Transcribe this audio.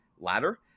ladder